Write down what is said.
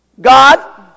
God